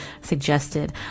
suggested